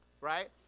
right